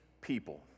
people